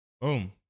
Boom